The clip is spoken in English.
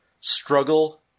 struggle